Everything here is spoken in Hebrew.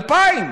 2000,